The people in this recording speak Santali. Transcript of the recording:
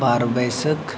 ᱵᱟᱨ ᱵᱟᱹᱭᱥᱟᱹᱠᱷ